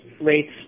rates